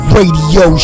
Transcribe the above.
Radio